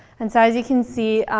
and so as you can see,